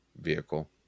vehicle